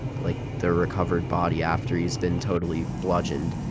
like, the recovered body after he's been totally bludgeoned.